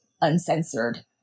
uncensored